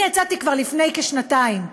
יצאתי כבר לפני כשנתיים,